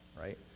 Right